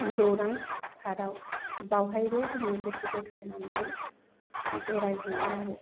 गौरां पार्कआव बावहायबो जोङो गथ' ग'थाय लानानै बेरायहैयो आरो